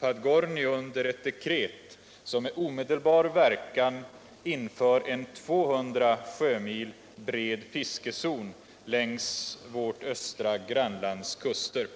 Podgorny under ett dekret, som med omedelbar verkan inför en 200 sjömil bred fiskezon längs vårt östra grannlands kuster.